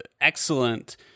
Excellent